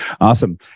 Awesome